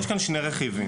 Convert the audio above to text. יש כאן שני רכיבים,